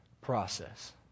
process